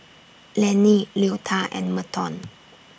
Lennie Leota and Merton